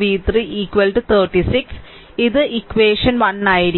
v3 36 ഇത് equation 1 ആയിരിക്കും